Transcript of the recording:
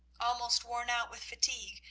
almost worn out with fatigue,